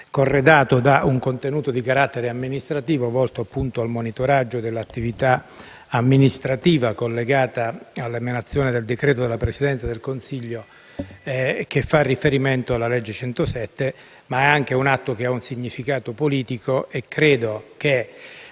corredato da un contenuto di carattere amministrativo volto al monitoraggio dell'attività amministrativa collegata all'emanazione del decreto del Presidente del Consiglio dei ministri che fa riferimento alla legge n. 107 del 2015, ma è anche un atto che ha un significato politico. Credo che,